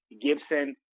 Gibson